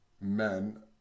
men